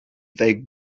ddeg